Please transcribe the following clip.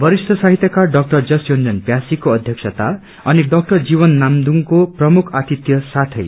वरिष्ठ साहित्यकार डाक्टर जस योन्जन प्यासी को अध्यक्षता अनि डाक्टर जीवन नामदुङको प्रमुख आतिथ्य साथै